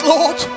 Lord